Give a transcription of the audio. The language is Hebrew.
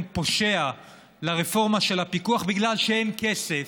פושע לרפורמה של הפיקוח בגלל שאין כסף.